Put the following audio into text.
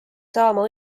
saama